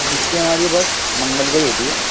چھٹی ہماری بس منگل کو ہی ہوتی ہے